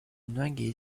многие